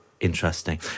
interesting